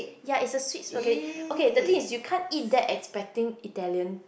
ya it's the sweet spaghetti okay the thing is you can't eat that expecting Italian